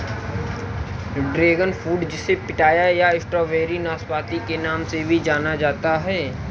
dragon fruit जिसे पिठाया या स्ट्रॉबेरी नाशपाती के नाम से भी जाना जाता है